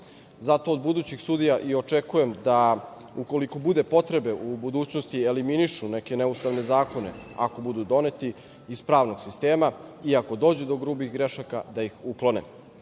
Zato od budućih sudija i očekujem da, ukoliko bude potrebe u budućnosti, eliminišu neke neustavne zakone, ako budu doneti, iz pravnog sistema, i ako dođu do grubih grešaka da ih uklone.